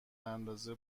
اندازه